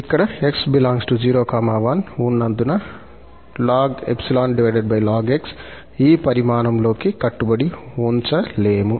ఇక్కడ 𝑥 ∈ 01 ఉన్నందున ln𝜖 ln𝑥 ఈ పరిమాణం లో కి కట్టుబడి ఉంచలేము